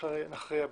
נכריע בלעדיו.